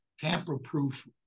tamper-proof